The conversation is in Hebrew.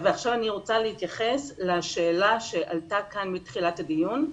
עכשיו אני רוצה להתייחס לשאלה שעלתה כאן מתחילת הדיון,